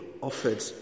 offered